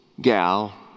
gal